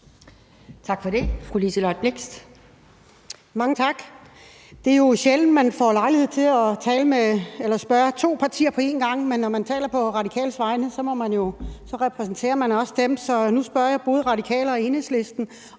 Blixt. Kl. 12:48 Liselott Blixt (DF): Mange tak. Det er jo sjældent, jeg får lejlighed til at spørge to partier på en gang, men når man taler på Radikales vegne, repræsenterer man også dem, så nu spørger jeg både Radikale og Enhedslisten,